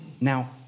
Now